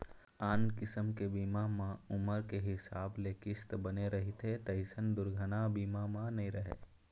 आन किसम के बीमा म उमर के हिसाब ले किस्त बने रहिथे तइसन दुरघना बीमा म नइ रहय